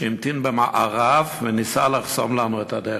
שהמתין במארב וניסה לחסום לנו את הדרך.